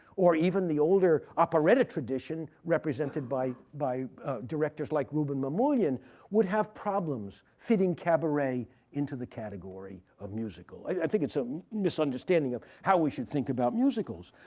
or even the older operatic tradition represented by value directors like rouben mamoulian would have problems fitting cabaret into the category of musical. i think it's a misunderstanding of how we should think about musicals.